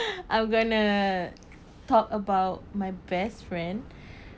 I'm gonna talk about my best friend